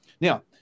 Now